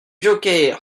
joker